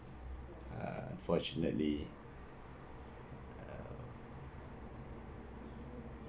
uh unfortunately